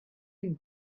and